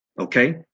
Okay